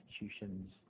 institutions